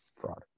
Fraud